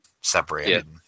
separated